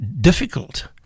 difficult